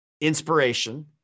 inspiration